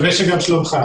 בבקשה.